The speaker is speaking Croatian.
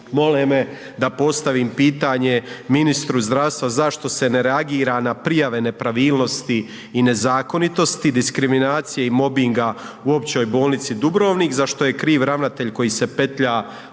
mole me da postavim pitanje ministru zdravstva zašto se ne reagira na prijave nepravilnosti i nezakonitosti, diskriminacije i mobinga u Općoj bolnici Dubrovnik za što je kriv ravnatelj koji se petlja